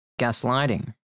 Gaslighting